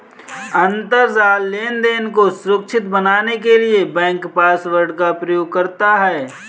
अंतरजाल लेनदेन को सुरक्षित बनाने के लिए बैंक पासवर्ड का प्रयोग करता है